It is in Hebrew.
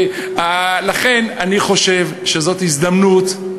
לכן, אני חושב שזאת הזדמנות,